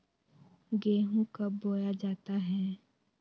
गेंहू कब बोया जाता हैं?